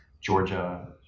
Georgia